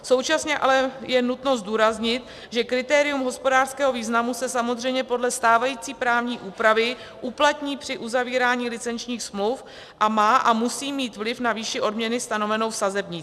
Současně ale je nutno zdůraznit, že kritérium hospodářského významu se samozřejmě podle stávající právní úpravy uplatní při uzavírání licenčních smluv a má a musí mít vliv na výši odměny stanovenou v sazebnících.